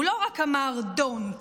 הוא לא אמר רק: Don't.